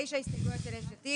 תשע הסתייגויות של יש עתיד.